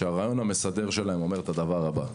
הרעיון המסדר שלהם אומר את הדבר הבא: